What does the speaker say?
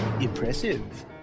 Impressive